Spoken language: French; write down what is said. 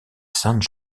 sainte